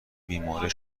بیمورد